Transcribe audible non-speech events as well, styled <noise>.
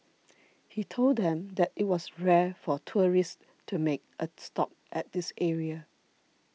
<noise> he told them that it was rare for tourists to make a stop at this area